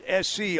SC